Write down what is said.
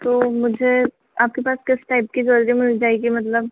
तो मुझे आपके पास किस टाइप की ज्वेलरी मिल जाएगी मतलब